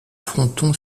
fronton